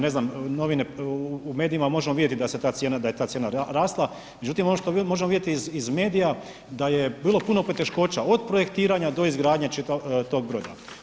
Ne znam, novine, u medijima možemo vidjeti da je ta cijena rasla međutim ono što možemo vidjeti iz medija da je bilo puno poteškoća od projektiranja do izgradnje čitavog tog broda.